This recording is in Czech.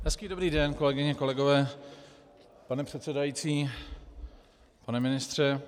Hezký dobrý den, kolegyně, kolegové, pane předsedající, pane ministře.